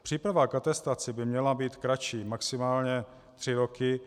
Příprava k atestaci by měla být kratší, maximálně tři roky.